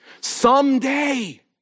Someday